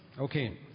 okay